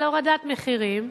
על הורדת מחירים,